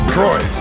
Troy